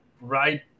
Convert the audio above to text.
right